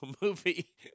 movie